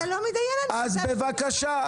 אתה לא מתדיין --- אז בבקשה,